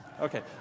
Okay